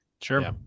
Sure